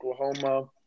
Oklahoma